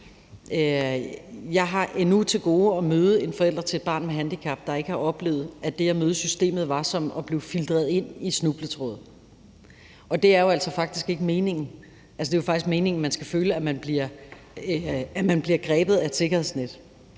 Jeg har endnu til gode at møde en forælder til et barn med handicap, der ikke har oplevet, at det at møde systemet var som at blive filtret ind i snubletråde, og det er jo altså ikke meningen. Det er jo faktisk meningen, at man skal føle, at man bliver grebet af et sikkerhedsnet,